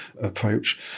approach